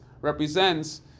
represents